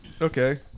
Okay